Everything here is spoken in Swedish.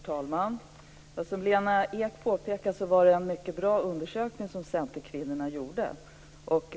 Herr talman! Som Lena Ek påpekade var det en mycket bra undersökning som Centerkvinnorna gjorde.